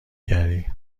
کردی